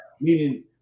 meaning